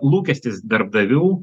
lūkestis darbdavių